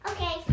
Okay